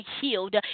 healed